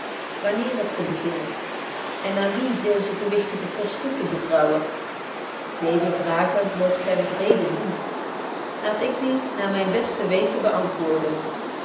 wanneer het te beginnen en aan wien deezen gewichtigen post toe te betrouwen deeze vragen moogt gy met reden doen laat ik die naar myn beste weten beantwoorden